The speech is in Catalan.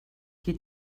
qui